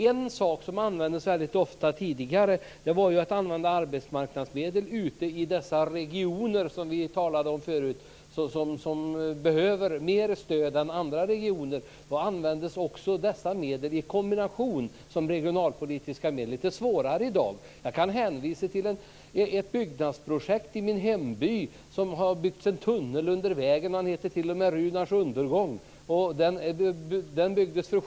Tidigare använde man väldigt ofta arbetsmarknadsmedel ute i dessa regioner, som vi tidigare talade om, och som behöver mer stöd än andra regioner. Då användes dessa medel också i kombination med regionalpolitiska medel. Det är lite svårare i dag. Jag kan hänvisa till ett byggnadsprojekt i min hemby. Där har det byggts en tunnel under en väg - den kallas t.o.m. Runars undergång - för 7 miljoner kronor.